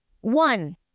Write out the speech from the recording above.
one